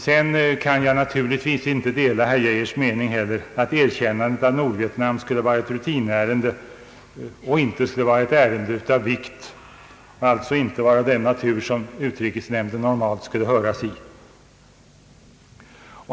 Jag kan inte heller dela herr Geijers mening att erkännandet av Nordvietnam skulle vara ett rutinärende och inte ett ärende av vikt, alltså inte ett ärende av den natur att utrikesnämnden normalt skulle höras.